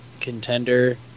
contender